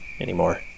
anymore